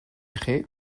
chi